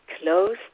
close